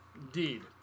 Indeed